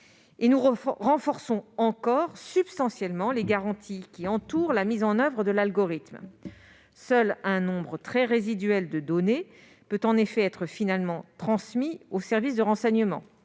Nous renforçons encore substantiellement les garanties qui entourent la mise en oeuvre de l'algorithme. Seul un nombre très résiduel de données peut, finalement, être transmis aux services de renseignement,